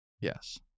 Yes